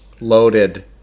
loaded